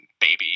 Baby